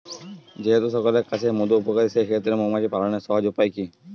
যেহেতু সকলের কাছেই মধু উপকারী সেই ক্ষেত্রে মৌমাছি পালনের সহজ উপায় কি?